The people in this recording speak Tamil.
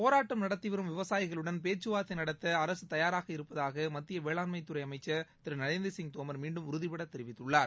போராட்டம் நடத்தி வரும் விவசாயிகளுடன் பேச்சுவார்த்தை நடத்த அரசு தயாராக இருப்பதாக மத்திய வேளாண்மைத் அமைச்சர் துறை திரு நரேந்திர சிங் தோமர் மீண்டும் உறுதிபட தெரிவித்துள்ளார்